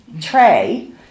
tray